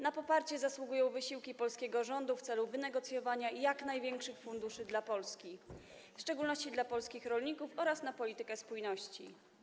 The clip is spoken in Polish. Na poparcie zasługują wysiłki polskiego rządu w celu wynegocjowania jak największych funduszy dla Polski, w szczególności dla polskich rolników oraz na politykę spójności.